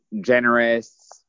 generous